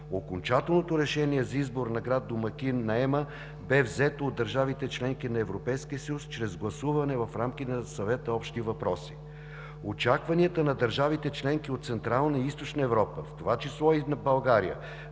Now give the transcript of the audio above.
Окончателното решение за избор на град домакин на ЕМА бе взето от държавите – членки на Европейския съюз, чрез гласуване в рамките на Съвета по общи въпроси. Очакванията на държавите – членки от Централна и Източна Европа, в това число и на България,